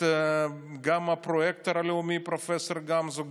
גם את הפרויקטור הלאומי פרופ' גמזו,